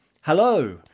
Hello